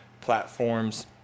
platforms